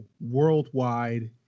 Worldwide